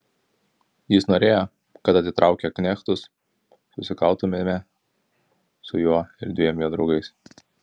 jis norėjo kad atitraukę knechtus susikautumėme su juo ir dviem jo draugais